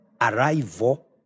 arrival